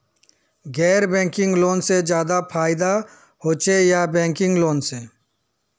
गैर banking loan से ज्यादा फायदा होचे या बैंकिंग लोन से?